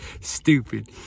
Stupid